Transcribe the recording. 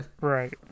Right